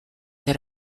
that